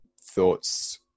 thoughts